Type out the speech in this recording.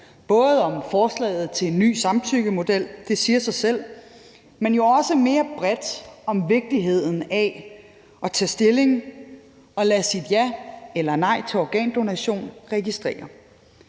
både om forslaget til en ny samtykkemodel – det siger sig selv – men jo også mere bredt om vigtigheden af at tage stilling og lade sit ja eller nej til organdonation registrere.